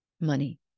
Money